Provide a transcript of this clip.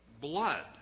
blood